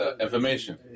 information